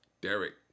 Derek